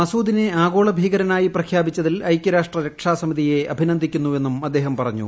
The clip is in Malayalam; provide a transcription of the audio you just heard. മസൂദിനെ ആഗോള ഭീകരനായി പ്രഖ്യാപിച്ചതിൽ ഐകൃരാഷട്ര രക്ഷാസമിതിയെ അഭിനന്ദിക്കുന്നു എന്നും അദ്ദേഹം പറഞ്ഞു